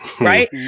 Right